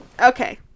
Okay